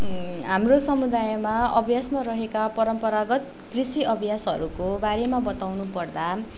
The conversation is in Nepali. हाम्रो समुदायमा अभ्यासमा रहेका परम्परागत कृषि अभ्यासहरूको बारेमा बताउनु पर्दा